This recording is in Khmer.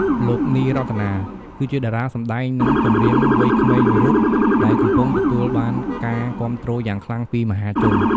លោក នី រតនា គឺជាតារាសម្តែងនិងចម្រៀងវ័យក្មេងមួយរូបដែលកំពុងទទួលបានការគាំទ្រយ៉ាងខ្លាំងពីមហាជន។